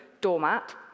doormat